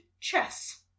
chess